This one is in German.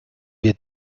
wir